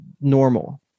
normal